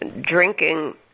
drinking